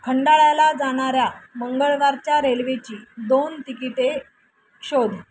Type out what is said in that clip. खंडाळ्याला जाणाऱ्या मंगळवारच्या रेल्वेची दोन तिकिटे शोध